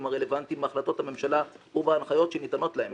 הרלוונטיים להחלטות הממשלה ובהנחיות שניתנות להם